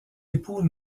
époux